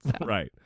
right